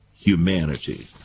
humanity